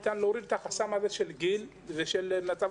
ניתן להוריד את החסם הזה של גיל ושל מצב